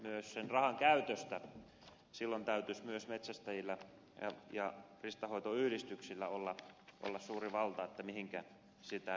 myös sen rahan käytössä silloin täytyisi metsästäjillä ja riistanhoitoyhdistyksillä olla suuri valta mihinkä sitä käytetään